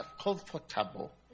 comfortable